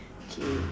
okay